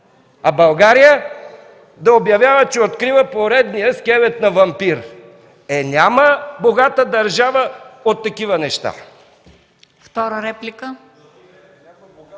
а България да обявява, че е открила поредния скелет на вампир. Е, няма богата държава от такива неща!